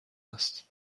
است